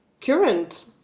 current